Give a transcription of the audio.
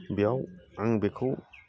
बेयाव आं बेखौ